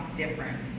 different